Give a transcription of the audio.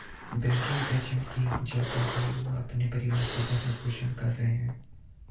banking agent की job पाकर युवा अपने परिवार का भरण पोषण कर रहे है